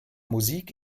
musik